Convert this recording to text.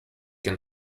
can